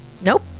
Nope